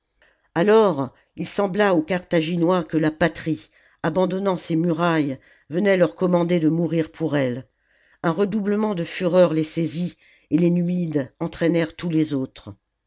alors il sembla aux carthaginois que la patrie abandonnant ses murailles venait leur commander de mourir pour elle un redoublement de fureur les saisit et les numides entraînèrent tous les autres